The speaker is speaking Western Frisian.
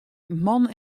man